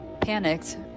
panicked